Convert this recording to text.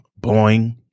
Boing